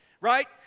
right